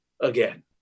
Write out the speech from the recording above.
again